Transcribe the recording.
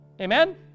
Amen